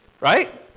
Right